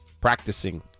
practicing